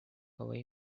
away